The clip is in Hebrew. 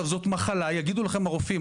זאת מחלה יגידו לכם הרופאים,